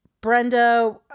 Brenda